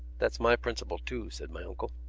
that's my principle, too, said my uncle.